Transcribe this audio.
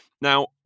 Now